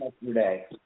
yesterday